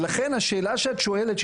ולכן השאלה שאת שואלת,